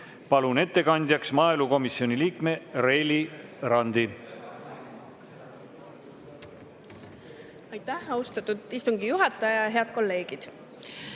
Palun ettekandjaks maaelukomisjoni liikme Reili Randi. Aitäh, austatud istungi juhataja! Head kolleegid!